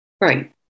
Right